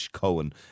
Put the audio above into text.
Cohen